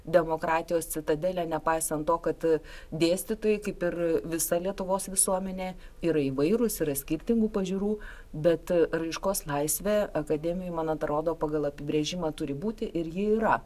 demokratijos citadelė nepaisant to kad dėstytojai kaip ir visa lietuvos visuomenė yra įvairūs yra skirtingų pažiūrų bet raiškos laisvė akademijoj man atrodo pagal apibrėžimą turi būti ir ji yra